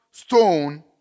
Stone